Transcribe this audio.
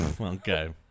Okay